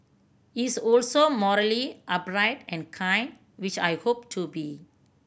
he's also morally upright and kind which I hope to be